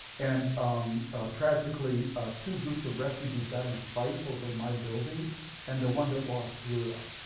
and um tragically two groups of refugees got in a fight over my building and the one that lost blew it up.